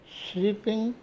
sleeping